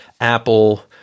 Apple